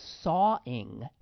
sawing